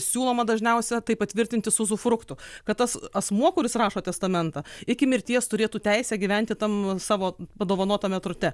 siūloma dažniausia tai patvirtinti su zufruktu kad tas asmuo kuris rašo testamentą iki mirties turėtų teisę gyventi tam savo padovanotame turte